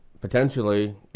potentially